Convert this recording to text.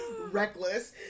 reckless